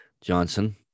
Johnson